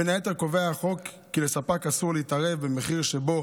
בין היתר קובע החוק כי לספק אסור להתערב במחיר שבו